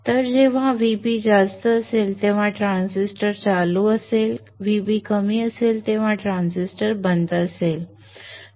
तर जेव्हा Vb जास्त असेल तेव्हा ट्रान्झिस्टर चालू असेल Vb कमी असेल तेव्हा ट्रान्झिस्टर बंद असेल